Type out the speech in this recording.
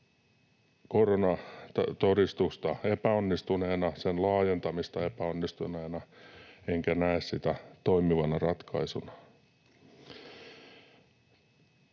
koronatodistusta epäonnistuneena, sen laajentamista epäonnistuneena, enkä näe sitä toimivana ratkaisuna.